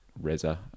Reza